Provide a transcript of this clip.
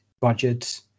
budgets